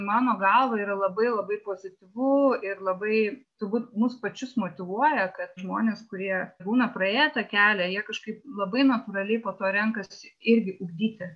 mano galva yra labai labai pozityvu ir labai turbūt mus pačius motyvuoja kad žmonės kurie būna praėję tą kelią jie kažkaip labai natūraliai po to renkasi irgi ugdyti